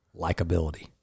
Likeability